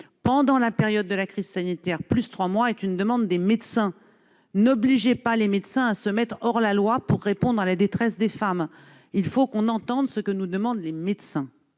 pendant la période de la crise sanitaire, plus trois mois, est une demande qui émane des médecins. N'obligez pas les médecins à se mettre hors la loi pour répondre à la détresse des femmes ! Il faut entendre ce que nous demandent les médecins.